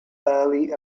early